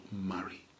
marry